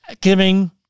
giving